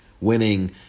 winning